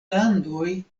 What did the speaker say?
landoj